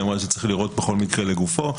שהיא אמרה שצריך לראות כל מקרה לגופו.